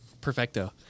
Perfecto